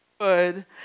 good